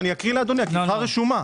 אני אקריא לאדוני; הכריכה רשומה: